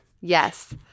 Yes